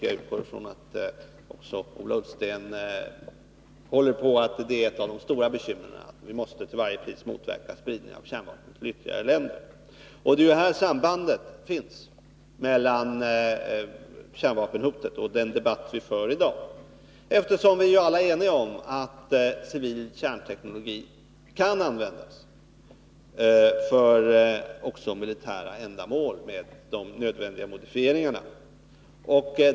Jag utgår ifrån att också Ola Ullsten anser attspridningen är ett av de stora bekymren och att spridning av kärnvapen till ytterligare länder till varje pris måste motverkas. Det är ju här sambandet finns mellan kärnvapenhotet och den debatt vi för i dag, eftersom vi alla är eniga om att civil kärnteknologi med nödvändiga modifieringar kan användas också för militära ändamål.